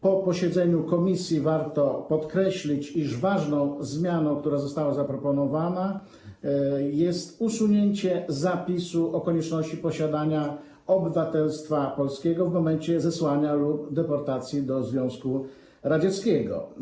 Po posiedzeniu komisji warto podkreślić, iż ważną zmianą, która została zaproponowana, jest usunięcie zapisu o konieczności posiadania obywatelstwa polskiego w momencie zesłania lub deportacji do Związku Radzieckiego.